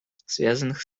связанных